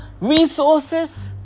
resources